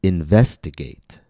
Investigate